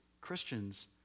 Christians